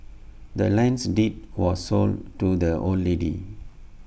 the land's deed was sold to the old lady